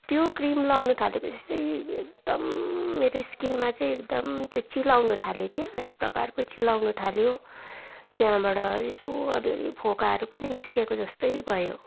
त्यो क्रिम लगाउनु थाले पछि चाहिँ एकदम मेरो स्किनमा चाहिँ एकदम त्यो चिलाउनु थाल्यो क्या एक प्रकारको चिलाउनु थाल्यो त्यहाँबाट यसो अलि अलि फोकाहरू पनि निस्केको जस्तो भयो